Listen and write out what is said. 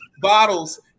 bottles